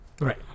Right